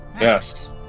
Yes